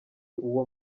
uwo